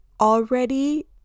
already